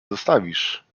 zostawisz